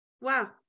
Wow